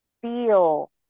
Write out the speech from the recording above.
feel